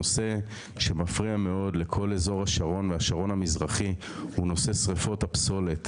נושא שמפריע מאוד לכל אזור השרון והשרון המזרחי הוא שריפות הפסולת,